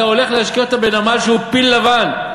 אתה הולך להשקיע אותם בנמל שהוא פיל לבן,